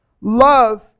Love